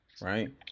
Right